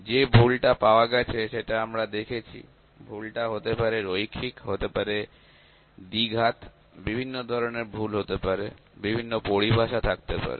যে ভুলটা পাওয়া গেছে সেটা আমরা দেখেছি ভুলটা হতে পারে রৈখিক হতে পারে দ্বিঘাত বিভিন্ন ধরনের ভুল হতে পারে বিভিন্ন পরিভাষা থাকতে পারে